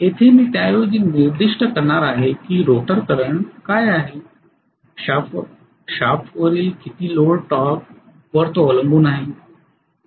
येथे मी त्याऐवजी निर्दिष्ट करणार आहे की रोटर करंट काय आहे शाफ्टवरील किती लोड टॉर्क वर तो अवलंबून आहे